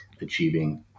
achieving